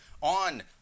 on